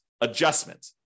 adjustment